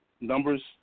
numbers